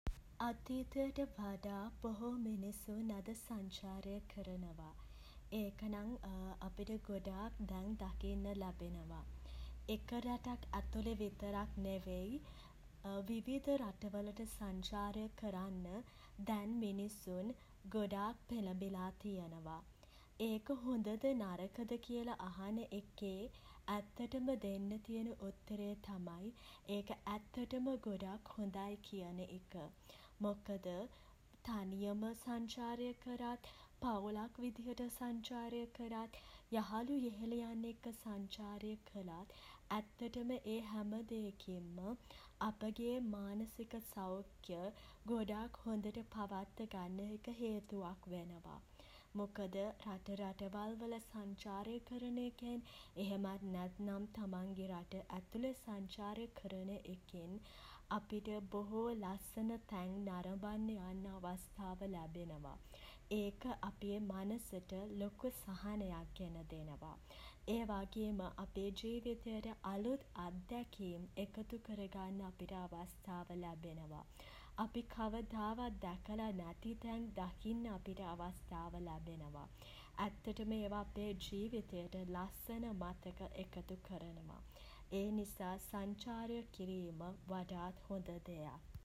අතීතයට වඩා බොහෝ මිනිසුන් අද සංචාරය කරනවා. ඒක නම් අපිට ගොඩක් දැන් දකින්න ලැබෙනවා. එක රටක් ඇතුළේ විතරක් නෙවෙයි විවිධ රට වලට සංචාරය කරන්න දැන් මිනිසුන් ගොඩක් පෙළඹිලා තියෙනවා. ඒක හොඳද නරකද කියලා අහන එකේ ඇත්තටම දෙන්න තියෙන උත්තරේ තමයි ඒක ඇත්තටම ගොඩක් හොඳයි කියන එක. මොකද තනියම සංචාරය කරත් පවුලක් විදිහට සංචාරය කරත් යහළු යෙහෙලියන් එක්ක සංචාරය කලත් ඇත්තටම ඒ හැම දේකින්ම අපගේ මානසික සෞඛ්‍ය ගොඩක් හොඳට පවත්වගන්න එක හේතුවක් වෙනවා. මොකද රට රටවල්වල සංචාරය කරන එකෙන් එහෙමත් නැත්නම් තමන්ගේ රට ඇතුළෙ සංචාරය කරන එකෙන් අපිට බොහෝ ලස්සන තැන් නරඹන්න යන්න අවස්ථාව ලැබෙනවා. ඒක අපේ මනසට ලොකු සහනයක් ගෙන දෙනවා. ඒ වගේම අපේ ජීවිතයට අලුත් අත්දැකීම් එකතු කරගන්න අපිට අවස්ථාව ලැබෙනවා. අපි කවදාවත් දැකලා නැති තැන් දකින්න අපිට අවස්ථාව ලැබෙනවා. ඇත්තටම ඒව අපේ ජීවිතයට ලස්සන මතක එකතු කරනවා. ඒ නිසා සංචාරය කිරීම වඩාත් හොඳ දෙයක්.